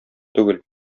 түгел